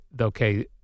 okay